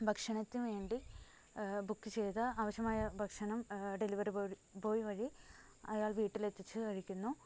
ഭക്ഷണത്തിനു വേണ്ടി ബുക്ക് ചെയ്ത ആവശ്യമായ ഭക്ഷണം ഡെലിവറി ബോയുടെ ഡെലിവറി ബോയ് വഴി അയാൾ വീട്ടിലെത്തിച്ചു കഴിക്കുന്നു